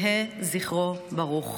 יהא זכרו ברוך.